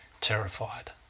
terrified